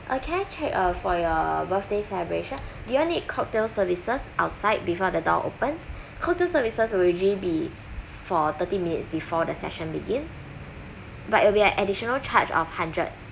uh can I check uh for your birthday celebration do you all need cocktail services outside before the door opens cocktail services will ready be for thirty minutes before the session begins but it'll be an additional charge of hundred